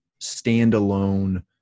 standalone